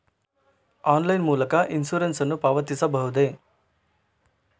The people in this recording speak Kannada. ಆನ್ಲೈನ್ ಮೂಲಕ ಇನ್ಸೂರೆನ್ಸ್ ನ್ನು ಪಾವತಿಸಬಹುದೇ?